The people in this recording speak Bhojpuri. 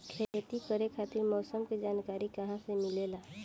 खेती करे खातिर मौसम के जानकारी कहाँसे मिलेला?